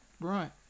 Right